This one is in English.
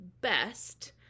best